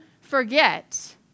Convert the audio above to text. forget